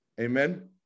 Amen